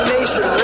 Nation